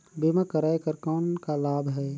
बीमा कराय कर कौन का लाभ है?